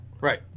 Right